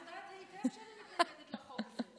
את יודעת היטב שאני מתנגדת לחוק,